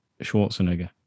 Schwarzenegger